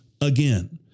again